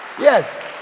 yes